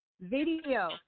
video